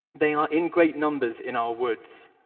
they are in great numbers in our woods.